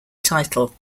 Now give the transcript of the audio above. title